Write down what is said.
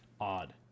odd